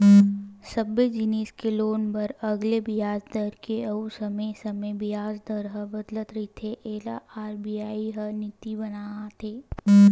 सबे जिनिस के लोन बर अलगे बियाज दर हे अउ समे समे बियाज दर ह बदलत रहिथे एला आर.बी.आई ह नीति बनाथे